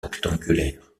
rectangulaire